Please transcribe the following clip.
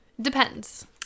Depends